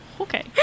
okay